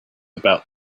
about